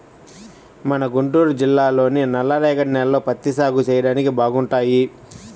మన గుంటూరు జిల్లాలోని నల్లరేగడి నేలలు పత్తి సాగు చెయ్యడానికి బాగుంటాయి